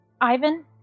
Ivan